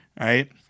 right